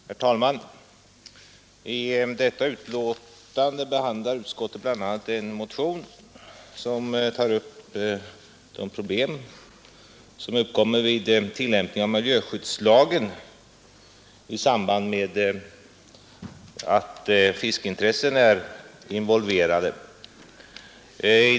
Herr talman! I detta betänkande behandlar utskottet bl.a. en motion som tar upp de problem som uppkommer vid tillämpningen av miljöskyddslagen då fiskeintressen är involverade.